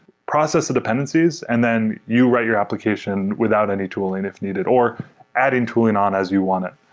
process the dependencies and then you write your application without any tooling if needed, or adding tooling on as you want it.